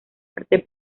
parte